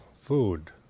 food